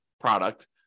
product